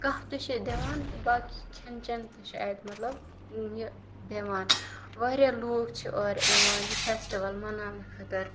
کَہوٕ تہِ چھِ اَتہِ دِوان تہٕ باقٕے کھیٚنہٕ چیٚنۍ تہِ چھِ اَتہِ مطلب یہِ دِوان واریاہ لُکھ چھِ اور یِوان یہِ فیسٹوَل مَناونہٕ خٲطرٕ